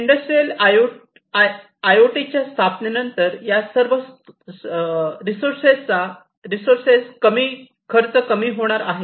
industrial आयओटीच्या स्थापनेनंतर या सर्व स्त्रोतांचा कमी खर्चही होणार आहे